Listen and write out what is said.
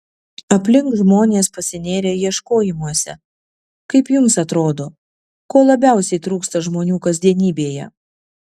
aplink žmonės pasinėrę ieškojimuose kaip jums atrodo ko labiausiai trūksta žmonių kasdienybėje